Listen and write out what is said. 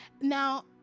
now